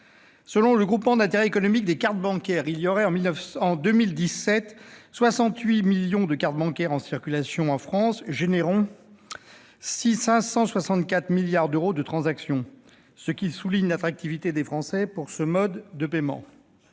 Selon le groupement d'intérêt économique des cartes bancaires, il y aurait 68 millions de cartes bancaires en circulation en France en 2017, à l'origine de 564 milliards d'euros de transactions, ce qui souligne l'attractivité de ce mode de paiement